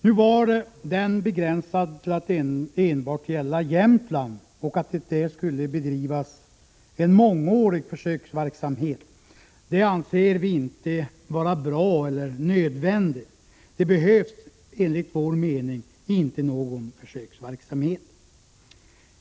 Nu var den begränsad till att enbart gälla Jämtland och att det där skulle bedrivas en mångårig försöksverksamhet. Det anser vi inte vara bra eller nödvändigt. Det behövs enligt vår mening inte någon försöksverksamhet.